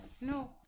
no